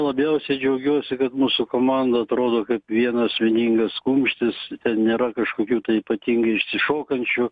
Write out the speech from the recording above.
labiausia džiaugiuosi kad mūsų komanda atrodo kaip vienas vieningas kumštis ten nėra kažkokių tai ypatingai išsišokančių